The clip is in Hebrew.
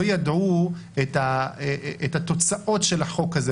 לא ידעו את התוצאות של החוק הזה,